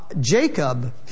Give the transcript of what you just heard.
Jacob